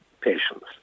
patients